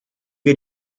wir